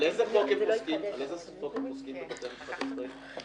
לפי איזה חוק הם פוסקים בבתי המשפט הצבאיים?